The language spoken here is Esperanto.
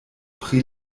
pri